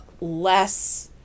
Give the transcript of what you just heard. less